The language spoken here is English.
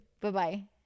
Bye-bye